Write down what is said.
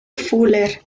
fuller